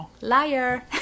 Liar